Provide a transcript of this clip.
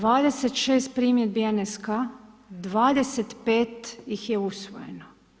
26 primjedbi NSK, 25 ih je usvojeno.